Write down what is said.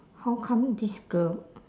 how come this girl